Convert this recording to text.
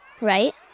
right